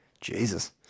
Jesus